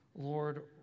Lord